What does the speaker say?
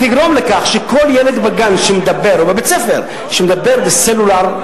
תגרום לכך שכל ילד בגן או בבית-ספר שמדבר בסלולר,